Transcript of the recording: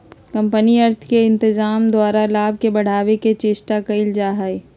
company अर्थ के इत्जाम द्वारा लाभ के बढ़ाने के चेष्टा कयल जाइ छइ